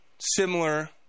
similar